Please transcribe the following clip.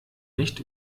nicht